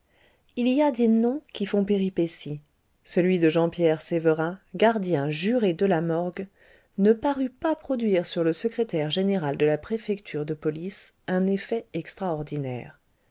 il y a des noms qui font péripétie celui de jean pierre sévérin gardien juré de la morgue ne parut pas produire sur le secrétaire général de la préfecture de police un effet extraordinaire